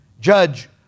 Judge